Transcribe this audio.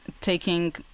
taking